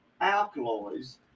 alkaloids